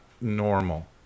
normal